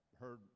heard